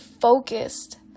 focused